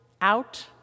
out